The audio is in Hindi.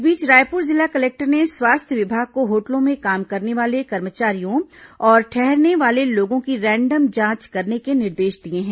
इस बीच रायपुर जिला कलेक्टर ने स्वास्थ्य विभाग को होटलों में काम करने वाले कर्मचारियों और ठहरने वाले लोगों की रैंडम जांच करने के निर्देश दिए हैं